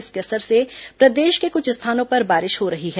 इसके असर से प्रदेश के कुछ स्थानों पर बारिश हो रही है